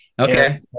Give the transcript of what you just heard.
Okay